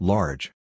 Large